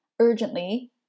urgently